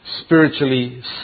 spiritually